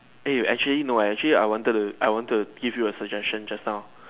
eh actually no actually I wanted I want to give your suggestion just now